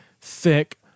thick